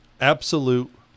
Absolute